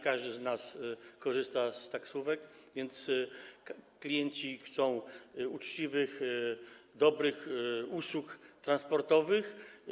Każdy z nas korzysta z taksówek, więc klienci chcą uczciwych, dobrych usług transportowych.